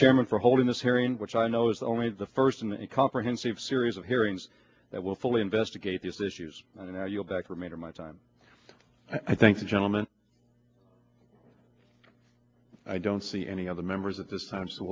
chairman for holding this hearing which i know is only the first in a comprehensive series of hearings that will fully investigate these issues i know you'll back for me to my time i thank the gentleman i don't see any of the members at this time